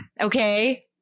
okay